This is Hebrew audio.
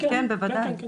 כן, כן.